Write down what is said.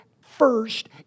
first